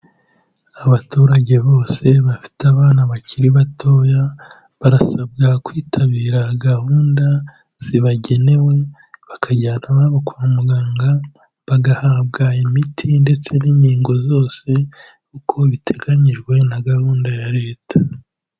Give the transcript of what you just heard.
Abaturage bose bafite abana bakiri batoya barasabwa kwitabira gahunda zibagenewe bakajyana abana kwa muganga, bagahabwa imiti ndetse n'inkingo zose uko biteganyijwe na gahunda ya leta.